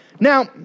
Now